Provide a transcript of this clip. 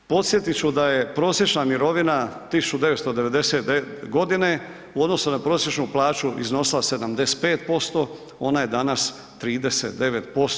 Podsjetit ću da je prosječna mirovina 1999. godine u odnosu na prosječnu plaću iznosila 75%, ona je danas 39%